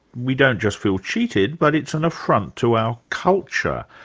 we don't just feel cheated, but it's an affront to our culture.